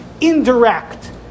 indirect